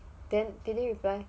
then did they reply